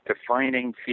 defining